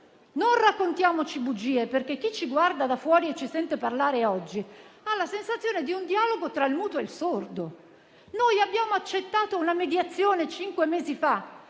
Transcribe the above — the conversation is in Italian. non raccontiamoci bugie, perché chi ci guarda da fuori e ci sente parlare oggi ha la sensazione di un dialogo tra il muto e il sordo. Noi abbiamo accettato una mediazione cinque mesi fa